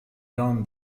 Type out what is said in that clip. down